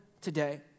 today